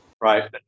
Right